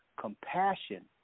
compassion